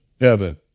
heaven